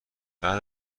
بعد